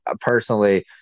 personally